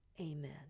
Amen